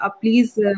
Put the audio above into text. please